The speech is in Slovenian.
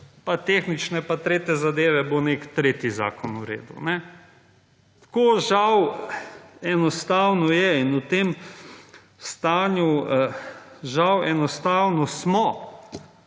pa tehnične pa tretje zadeve bod nek tretji zakon uredil. Tako žal enostavno je in v tem stanju žal enostavno smo.